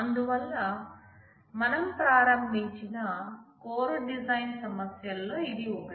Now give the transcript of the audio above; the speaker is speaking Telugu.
అందువల్ల మనం ప్రారంభించే కోర్ డిజైన్ సమస్యల్లో ఇది ఒకటి